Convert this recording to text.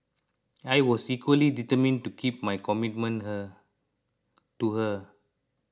I was equally determined to keep my commitment her to her